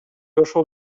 ошол